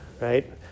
right